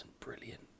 brilliant